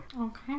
Okay